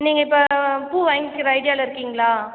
நீங்கள் இப்போ பூ வாங்கிக்கிற ஐடியாவில் இருக்கீங்களா